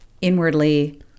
inwardly